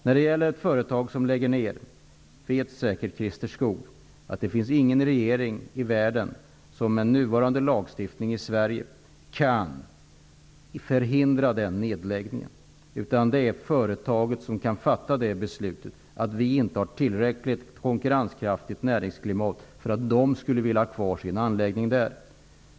Christer Skoog vet säkert att ingen regering i världen med nuvarande lagstiftning i Sverige kan hindra ett företag att lägga ner sin verksamhet. Endast företaget självt kan fatta det beslutet, om företagsklimatet inte är tillräckligt konkurrenskraftigt för att företaget skulle vilja ha kvar sin anläggning.